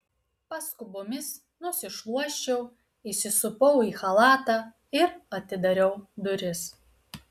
paskubomis nusišluosčiau įsisupau į chalatą ir atidariau duris